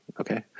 okay